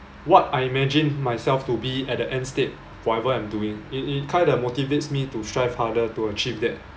what I imagine myself to be at the end state for whatever I'm doing it it kind of motivates me to strive harder to achieve that